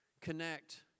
Connect